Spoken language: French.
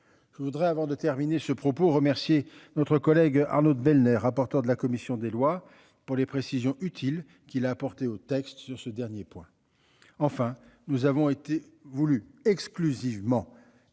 Je voudrais avant de terminer ce propos remercier notre collègue Arnaud de Belenet, rapporteur de la commission des lois pour les précisions utiles qu'il a apportées au texte sur ce dernier point enfin, nous avons été voulu exclusivement.